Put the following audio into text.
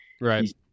right